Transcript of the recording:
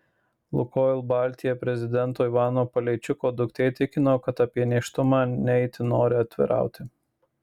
lukoil baltija prezidento ivano paleičiko duktė tikino kad apie nėštumą ne itin nori atvirauti